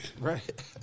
Right